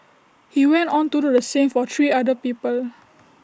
he went on to do the same for three other people